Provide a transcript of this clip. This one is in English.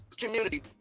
community